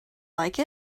like